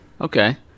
Okay